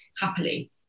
happily